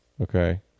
Okay